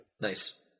Nice